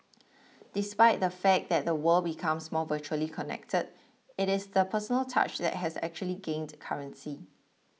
despite the fact that the world becomes more virtually connected it is the personal touch that has actually gained currency